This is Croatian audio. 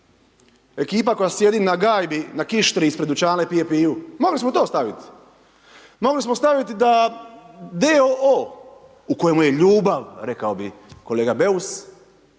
ekipa koja sjedi na gajbi, na kištri ispred dućana i pije pivu, mogli smo to staviti, mogli smo staviti da d.o.o. u kojemu je ljubav rekao bi kolega Beus,